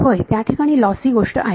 होय त्याठिकाणी लॉसी गोष्ट आहे